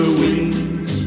wings